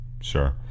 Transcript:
Sure